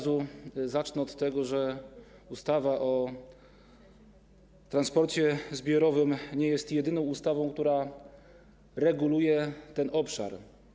Zacznę od tego, że ustawa o transporcie zbiorowym nie jest jedyną ustawą, która reguluje ten obszar.